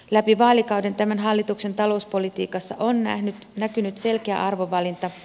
läpi vaalikauden tämän hallituksen talouspolitiikassa on näkynyt selkeä arvovalinta